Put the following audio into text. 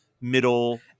middle